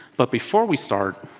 but before we start,